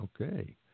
Okay